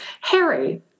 Harry